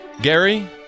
Gary